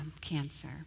cancer